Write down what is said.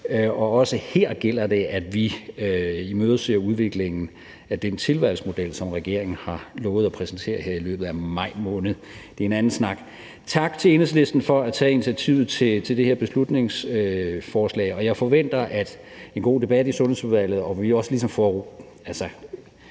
Også her gælder det, at vi afventer udviklingen af den tilvalgsmodel, som regeringen har lovet at præsentere her i løbet af maj måned. Det er en anden snak. Tak til Enhedslisten for at tage initiativ til det her beslutningsforslag. Jeg forventer, at vi i den gode debat i Sundhedsudvalget også ligesom får rullet